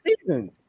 season